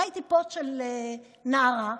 ראיתי פוסט של נערה שכותבת: